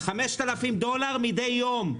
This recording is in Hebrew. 5,000 דולר מדי יום.